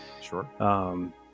sure